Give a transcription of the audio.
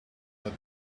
that